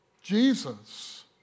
Jesus